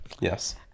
Yes